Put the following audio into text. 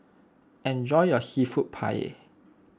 enjoy your Seafood Paella